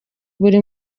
buri